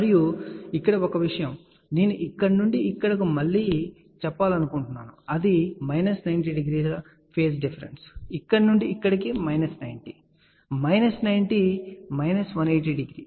మరియు ఇక్కడ ఒక విషయం నేను ఇక్కడ నుండి ఇక్కడకు మళ్ళీ నొక్కిచెప్పాలనుకుంటున్నాను అది మైనస్ 90 డిగ్రీల పేజ్ డిఫరెన్స్ ఇక్కడ నుండి ఇక్కడకు మైనస్ 90 మైనస్ 90 మైనస్ 180 డిగ్రీ